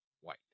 White